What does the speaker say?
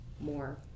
more